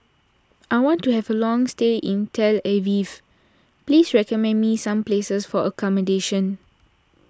I want to have a long stay in Tel Aviv please recommend me some places for accommodation